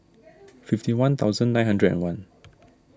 fifty one thousand nine hundred and one